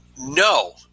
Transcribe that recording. No